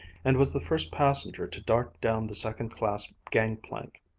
and was the first passenger to dart down the second-class gang-plank.